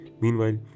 Meanwhile